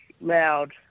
loud